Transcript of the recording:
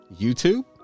YouTube